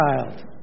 child